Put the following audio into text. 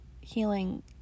healing